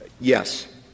Yes